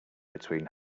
between